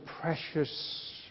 precious